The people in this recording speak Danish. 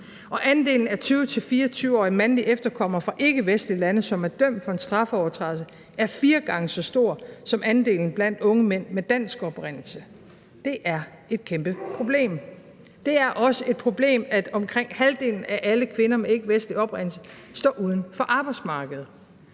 Og andelen af 20-24-årige mandlige efterkommere fra ikkevestlige lande, som er dømt for en straffelovovertrædelse, er fire gange så stor som andelen blandt unge mænd med dansk oprindelse. Det er et kæmpeproblem. Det er også et problem, at omkring halvdelen af alle kvinder af ikkevestlig oprindelse står uden for arbejdsmarkedet.